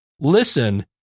listen